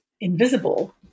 invisible